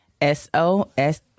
S-O-S